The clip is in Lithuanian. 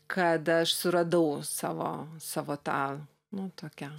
kad aš suradau savo savo tą nu tuokią